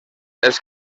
els